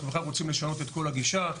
אנחנו רוצים לשנות את כל הגישה,